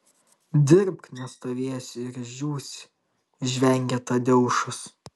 dirbk nestovėjęs ir išdžiūsi žvengia tadeušas